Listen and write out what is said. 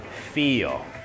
feel